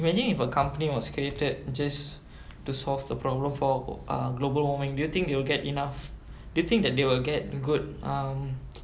imagine if a company was created just to solve the problem for uh global warming do you think they will get enough do you think that they will get the good um